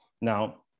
Now